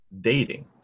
dating